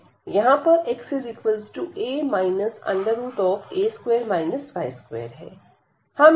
यहां पर x a है